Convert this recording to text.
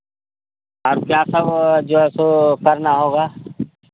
अब क्या सब जो है सो करना होगा